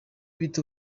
bita